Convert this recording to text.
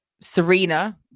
Serena